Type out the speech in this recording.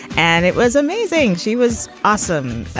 and it was amazing she was awesome.